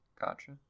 gotcha